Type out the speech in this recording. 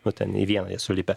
nu ten į vieną jie sulipę